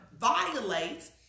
violates